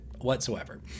whatsoever